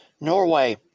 Norway